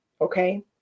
okay